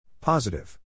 Positive